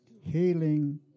healing